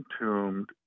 entombed